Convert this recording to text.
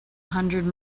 hundred